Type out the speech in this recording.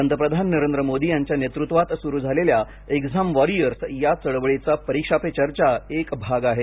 पंतप्रधान नरेंद्र मोदी यांच्या नेतृत्वात सुरु झालेल्या एक्झाम वॉरियर्स या चळवळीचा परिक्षा पे चर्चा एक भाग आहे